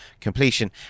completion